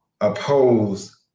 oppose